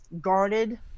guarded